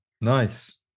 nice